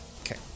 Okay